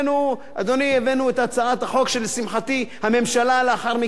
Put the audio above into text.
הבאנו את הצעת החוק שלשמחתי הממשלה לאחר מכן אימצה.